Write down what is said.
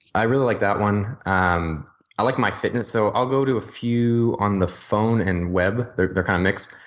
i really like that one. um i like my fitness so i'll go to a few on the phone and web they're they're kind of mixed.